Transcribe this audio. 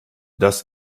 das